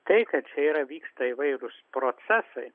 tai kad čia yra vyksta įvairūs procesai